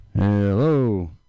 Hello